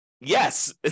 yes